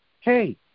hey